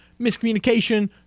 miscommunication